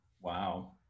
Wow